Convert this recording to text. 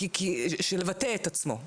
על מנת לבטא את עצמו,